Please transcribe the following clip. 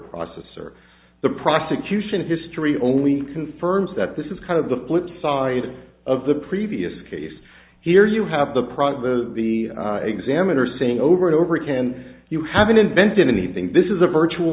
processor the prosecution history only confirms that this is kind of the flip side of the previous case here you have the product of the examiner saying over and over can you haven't invented anything this is a virtual